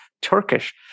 Turkish